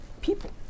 people